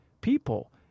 people